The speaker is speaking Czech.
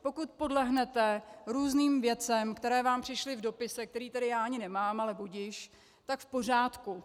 Pokud podlehnete různým věcem, které vám přišly v dopise, který tady já ani nemám, ale budiž, tak v pořádku.